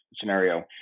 scenario